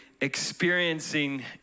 experiencing